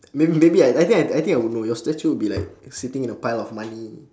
may~ maybe I I think I think I would know your statue will be like sitting in a pile of money